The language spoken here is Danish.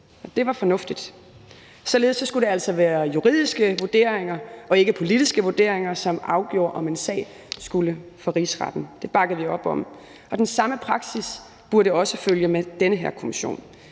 det var fornuftigt. Således skulle det altså være juridiske vurderinger og ikke politiske vurderinger, som afgjorde, om en sag skulle for Rigsretten. Det bakkede vi op om. Og den samme praksis burde også følge med den her kommission.